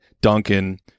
Duncan